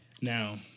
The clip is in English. Now